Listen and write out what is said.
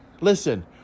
listen